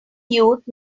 youth